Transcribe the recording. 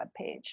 webpage